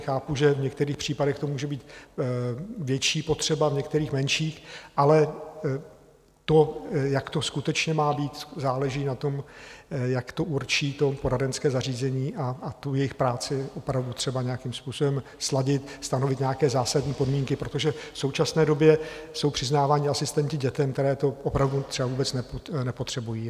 Chápu, že v některých případech to může být větší potřeba, v některých menší, ale to, jak to skutečně má být, záleží na tom, jak to určí to poradenské zařízení, a tu jejich práci opravdu třeba nějakým způsobem sladit, stanovit nějaké zásadní podmínky, protože v současné době jsou přiznáváni asistenti dětem, které to opravdu třeba vůbec nepotřebují.